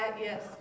Yes